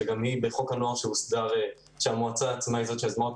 שגם היא בחוק הנוער שהמועצה יזמה אותו